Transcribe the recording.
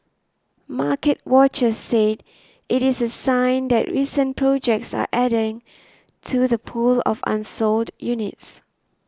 market watchers said it is a sign that recent projects are adding to the pool of unsold units